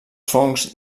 fongs